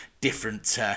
different